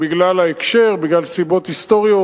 בגלל ההקשר, בגלל סיבות היסטוריות.